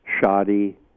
shoddy